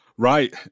right